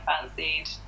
fancied